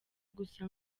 gusa